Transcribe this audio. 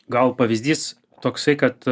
gal pavyzdys toksai kad